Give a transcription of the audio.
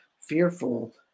fearful